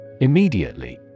Immediately